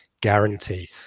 guarantee